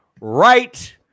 right